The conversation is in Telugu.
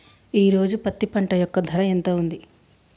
ఈ రోజు పత్తి పంట యొక్క ధర ఎంత ఉంది?